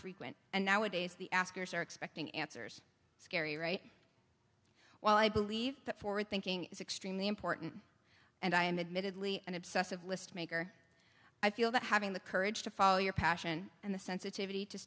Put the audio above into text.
frequent and nowadays the asker's are expecting answers scary right while i believe that forward thinking is extremely important and i am admittedly an obsessive list maker i feel that having the courage to follow your passion and the sensitivity to